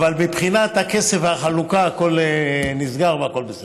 אבל מבחינת הכסף והחלוקה הכול נסגר והכול בסדר.